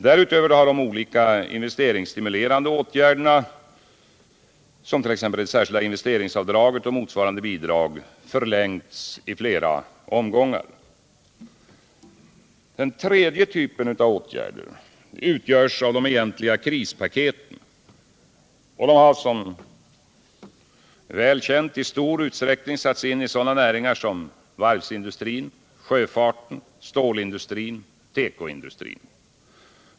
Därutöver har de olika investeringsstimulerande åtgärderna, som t.ex. det särskilda investeringsavdraget och motsvarande bidrag, förlängts i flera omgångar. Den tredje typen av åtgärder utgörs av de egentliga krispaketen. De har som är väl känt i stor utsträckning satts in i sådana näringar som varvsindustrin, sjöfarten, stålindustrin och tekoindustrin.